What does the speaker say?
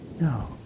No